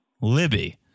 Libby